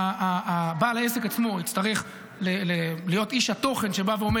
בעל העסק עצמו יצטרך להיות איש התוכן שאומר: